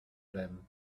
them